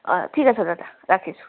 অঁ ঠিক আছে দাদা ৰাখিছোঁ